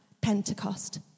Pentecost